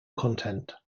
content